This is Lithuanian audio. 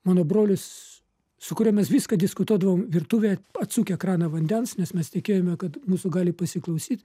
mano brolis su kuriuo mes viską diskutuodavom virtuvėje atsukę kraną vandens nes mes tikėjome kad mūsų gali pasiklausyt